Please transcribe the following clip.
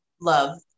love